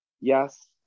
yes